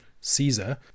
Caesar